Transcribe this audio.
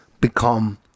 become